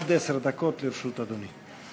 עד עשר דקות לרשות אדוני.